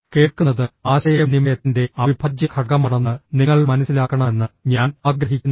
കേൾക്കുന്നത് ആശയവിനിമയത്തിന്റെ അവിഭാജ്യ ഘടകമാണെന്ന് നിങ്ങൾ മനസ്സിലാക്കണമെന്ന് ഞാൻ ആഗ്രഹിക്കുന്നു